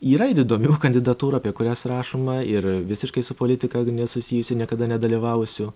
yra ir įdomių kandidatūrų apie kurias rašoma ir visiškai su politika nesusijusių niekada nedalyvavusių